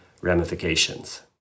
ramifications